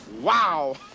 Wow